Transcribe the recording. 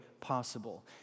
possible